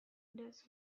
does